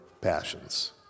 passions